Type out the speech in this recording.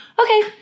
okay